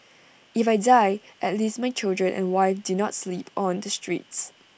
if I die at least my children and wife do not sleep on the streets